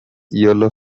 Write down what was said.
yellow